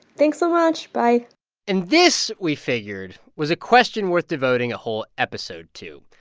thanks so much. bye and this, we figured, was a question worth devoting a whole episode to.